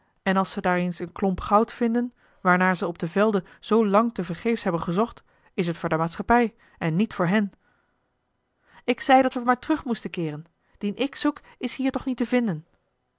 en als ze daar eens een klomp goud vinden waarnaar ze op de velden zoo lang te vergeefs hebben gezocht is het voor de maatschappij en niet voor hen ik zei dat we maar terug moesten keeren dien ik zoek is hier toch niet te vinden